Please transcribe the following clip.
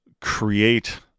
create